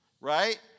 right